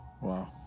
Wow